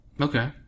Okay